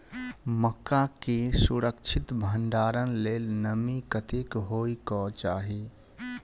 मक्का केँ सुरक्षित भण्डारण लेल नमी कतेक होइ कऽ चाहि?